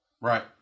Right